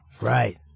Right